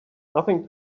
nothing